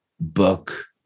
book